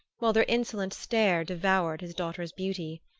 while their insolent stare devoured his daughter's beauty.